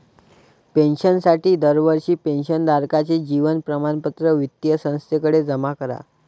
पेन्शनसाठी दरवर्षी पेन्शन धारकाचे जीवन प्रमाणपत्र वित्तीय संस्थेकडे जमा करा